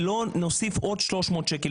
שלא נוסיף לשכר המינימום עוד 300 שקל.